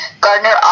Gardner